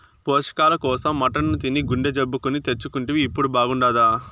పోషకాల కోసం మటన్ తిని గుండె జబ్బు కొని తెచ్చుకుంటివి ఇప్పుడు బాగుండాదా